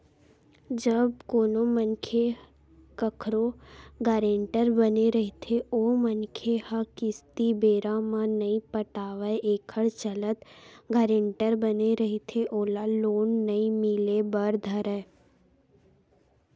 जब कोनो मनखे कखरो गारेंटर बने रहिथे ओ मनखे ह किस्ती बेरा म नइ पटावय एखर चलत गारेंटर बने रहिथे ओला लोन नइ मिले बर धरय